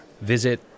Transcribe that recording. Visit